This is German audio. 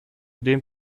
dem